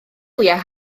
wyliau